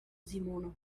simone